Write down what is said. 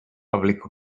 public